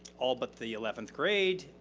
all but the eleventh grade,